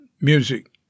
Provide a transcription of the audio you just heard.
music